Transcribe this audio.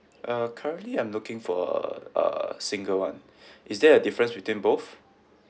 uh currently I'm looking for a a a a single [one] is there a difference between both